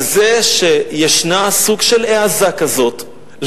על זה שיש סוג של העזה כזאת,